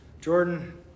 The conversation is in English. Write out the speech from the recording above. Jordan